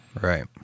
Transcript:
right